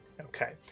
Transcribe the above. okay